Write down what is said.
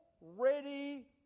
ready